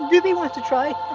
doopey wants to try.